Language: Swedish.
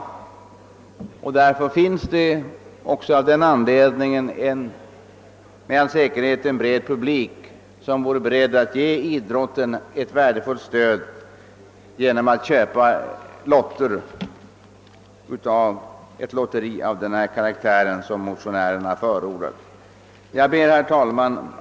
Med all säkerhet skulle en bred publik vara beredd att ge idrotten ett värdefullt stöd genom att köpa lotter i ett lotteri av den karaktär motionärerna förordar. Herr talman!